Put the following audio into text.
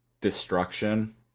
Destruction